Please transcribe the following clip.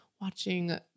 watching